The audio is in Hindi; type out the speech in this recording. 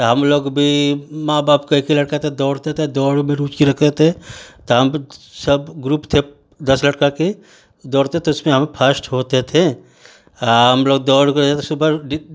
त हम लोग भी माँ बाप का एक ही लड़का था दौड़ते थे दौड़ में रुचि रखे थे त हम सब ग्रुप थे दस लड़का के दौड़ते थे त उसमें हम फस्ट होते थे हम लोग दौड़ के आए त सुबह